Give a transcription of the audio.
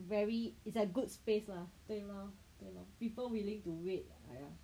very it's at good space lah 对吗 ya lor people willing to wait lah !aiya!